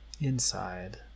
inside